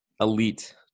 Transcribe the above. elite